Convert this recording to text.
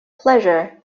pleasure